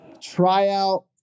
tryout